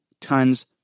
tons